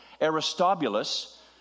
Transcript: Aristobulus